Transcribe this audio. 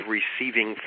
receiving